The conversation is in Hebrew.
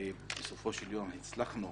ובסופו של יום הצלחנו